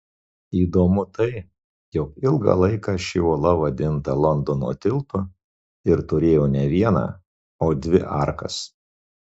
įdomu tai jog ilgą laiką ši uola vadinta londono tiltu ir turėjo ne vieną o dvi arkas